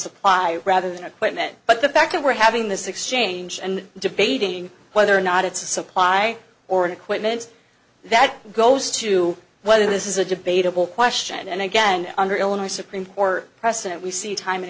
supply rather than equipment but the fact that we're having this exchange and debating whether or not it's a supply or an equipment that goes to whether this is a debatable question and again under illinois supreme court precedent we see time and